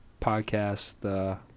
podcast